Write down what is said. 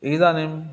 इदानीम्